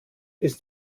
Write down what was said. ist